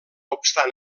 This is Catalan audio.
obstant